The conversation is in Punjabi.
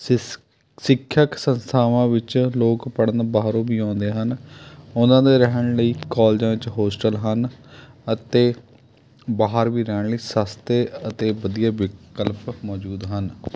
ਸਿਸ ਸਿੱਖਿਅਕ ਸੰਸਥਾਵਾਂ ਵਿੱਚ ਲੋਕ ਪੜ੍ਹਨ ਬਾਹਰੋਂ ਵੀ ਆਉਂਦੇ ਹਨ ਉਹਨਾਂ ਦੇ ਰਹਿਣ ਲਈ ਕੋਲਜਾਂ ਵਿੱਚ ਹੋਸਟਲ ਹਨ ਅਤੇ ਬਾਹਰ ਵੀ ਰਹਿਣ ਲਈ ਸਸਤੇ ਅਤੇ ਵਧੀਆ ਵਿਕਲਪ ਮੌਜੂਦ ਹਨ